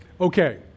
Okay